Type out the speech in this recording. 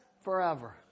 forever